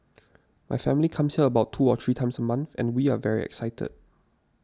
my family comes here about two or three times a month and we are very excited